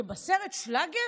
שבסרט שלאגר,